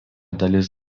dalis